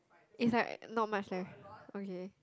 is like not much left okay